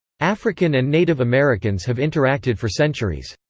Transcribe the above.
african and native americans have interacted for centuries.